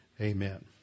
Amen